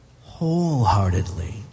wholeheartedly